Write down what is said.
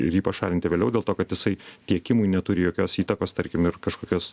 ir jį pašalinti vėliau dėl to kad jisai tiekimui neturi jokios įtakos tarkim ir kažkokios